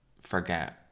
forget